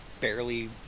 barely